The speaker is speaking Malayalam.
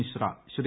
മിശ്ര ശ്രീ